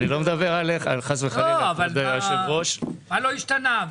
מה לא השתנה?